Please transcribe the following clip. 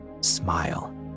smile